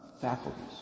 faculties